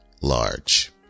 large